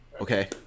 okay